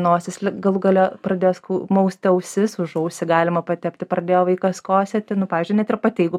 nosis galų gale pradės mausti ausis užausį galima patepti pradėjo vaikas kosėti nu pavyzdžiui net ir pati jeigu